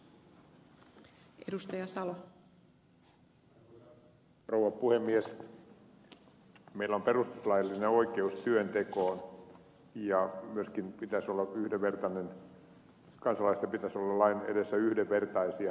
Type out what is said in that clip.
meillä on perustuslaillinen oikeus työntekoon ja myöskin kansalaisten pitäisi olla lain edessä yhdenvertaisia